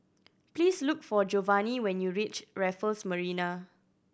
please look for Jovanni when you reach Raffles Marina